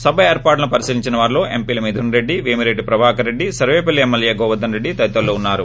సభ ఏర్పాట్లను పరిశీలించిన వారిలో ఎంపీలు మిధున్రెడ్డి పేమిరెడ్డి ప్రభాకర్రెడ్డి సర్వేపల్లి ఎమ్మెల్యే గోవర్దన రెడ్డి అదితరులు ఉన్నారు